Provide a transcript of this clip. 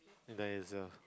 might as well